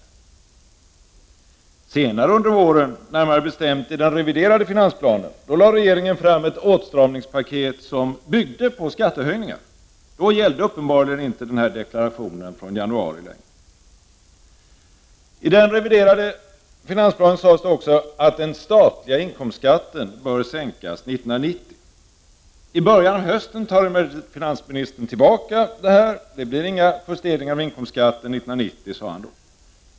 Regeringen framlade senare under våren, närmare bestämt i den reviderade finansplanen, ett åtstramningspaket som byggde på skattehöjningar. Då gällde uppenbarligen inte deklarationen från januari längre. I den reviderade finansplanen sades också att den statliga inkomstskatten bör sänkas år 1990. I början av hösten tog emellertid finansministern tillbaka detta. Han sade då att det inte blir någon justering av inkomstskatten år 1990.